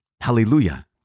hallelujah